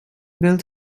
built